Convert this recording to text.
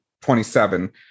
27